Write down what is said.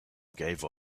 gave